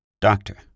DOCTOR